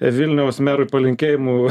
vilniaus merui palinkėjimų